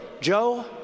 Joe